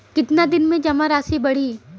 कितना दिन में जमा राशि बढ़ी?